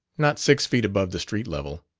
not six feet above the street level.